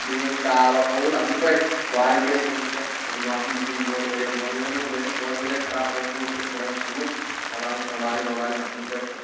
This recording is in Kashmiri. بیٚیہِ یُس کارڈ وارڈ ہووُس اَصٕل پٲٹھۍ وارَنٹی ٲسٕنۍ دِژمٕژ تَتھ واشِنٛگ دۄن ؤریَن دۄن ؤریَن منٛز گٔیے سۄ پانٛژھِ شیے لَٹہِ خراب تَتھ اوس گوٚمُت سُہ کیاتھانۍ ژھیوٚنمُت پَتہٕ آو سُہ سمبالنہِ ونمبالنہِ اَصٕل پٲٹھۍ